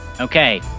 Okay